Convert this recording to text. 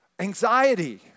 anxiety